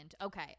Okay